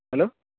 hello